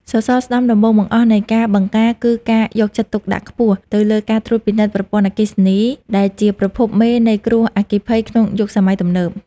សសរស្ដម្ភដំបូងបង្អស់នៃការបង្ការ គឺការយកចិត្តទុកដាក់ខ្ពស់ទៅលើការត្រួតពិនិត្យប្រព័ន្ធអគ្គិសនី ដែលជាប្រភពមេនៃគ្រោះអគ្គីភ័យក្នុងយុគសម័យទំនើប។